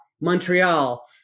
Montreal